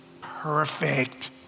perfect